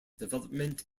development